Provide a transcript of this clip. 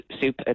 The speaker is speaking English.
soup